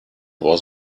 was